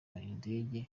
indege